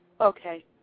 Okay